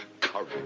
Courage